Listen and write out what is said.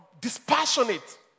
dispassionate